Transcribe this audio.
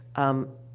um,